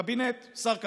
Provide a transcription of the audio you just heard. קבינט, שר כלכלה,